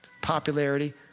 popularity